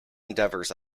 endeavors